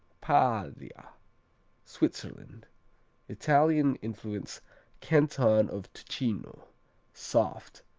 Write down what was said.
paglia switzerland italian-influenced canton of ticino. soft.